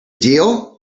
deal